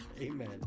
amen